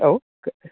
औ